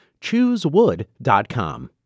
Choosewood.com